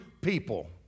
people